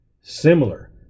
similar